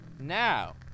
Now